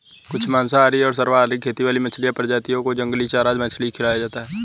कुछ मांसाहारी और सर्वाहारी खेती वाली मछली प्रजातियों को जंगली चारा मछली खिलाया जाता है